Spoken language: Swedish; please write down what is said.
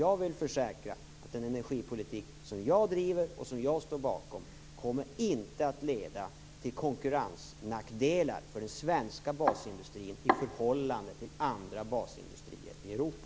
Jag vill försäkra att den energipolitik som jag driver och står bakom inte kommer att leda till konkurrensnackdelar för den svenska basindustrin i förhållande till andra basindustrier i Europa.